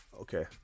Okay